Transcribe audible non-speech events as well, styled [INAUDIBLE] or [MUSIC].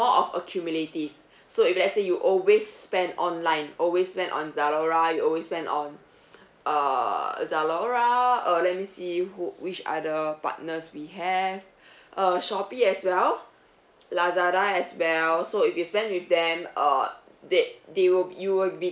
more of accumulative [BREATH] so if let's say you always spend online always spend on Zalora you always spend on [BREATH] err Zalora uh let me see who which other partners we have [BREATH] uh Shopee as well [NOISE] Lazada as well so if you spend with them uh they they will b~ you will be